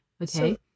okay